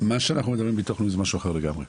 מה שאנחנו מדברים על ביטוח לאומי זה משהו אחר לגמרי.